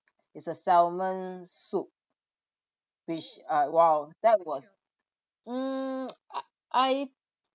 it's a salmon soup which a !wow! that was mm I